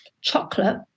chocolate